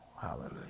Hallelujah